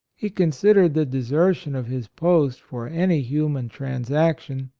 he considered the desertion of his post, for any human transac tion,